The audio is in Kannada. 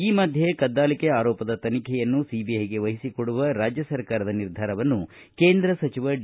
ಈ ಮಧ್ಯೆ ಕದ್ದಾಲಿಕೆ ಆರೋಪದ ತನಿಖೆಯನ್ನು ಸಿಬಿಐಗೆ ವಹಿಸಿಕೊಡುವ ರಾಜ್ಯ ಸರ್ಕಾರದ ನಿರ್ಧಾರವನ್ನು ಕೇಂದ್ರ ಸಚಿವ ಡಿ